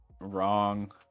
wrong